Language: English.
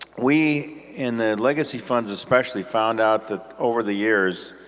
we in the legacy funds especially found out that over the years,